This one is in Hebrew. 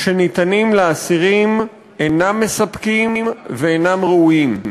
שניתנים לאסירים, אינם מספקים ואינם ראויים.